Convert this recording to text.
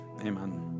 Amen